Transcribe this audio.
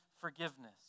forgiveness